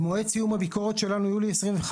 במועד סיום הביקורת שלנו ביולי 2021,